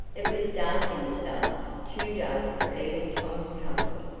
it was dark in the cellar too dark for even tom's comfort,